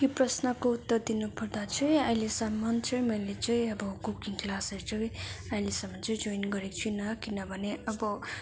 यी प्रश्नको उत्तर दिनुपर्दा चाहिँ अैलेसम्मन चाहिँ मैले चाहिँ अब कुकिङ क्लासहरू चाहिँ अहिलेसम्म चाहिँ जोइन गरेको छुइनँ किनभने अब